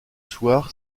soir